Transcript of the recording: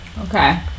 Okay